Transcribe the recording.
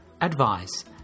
advice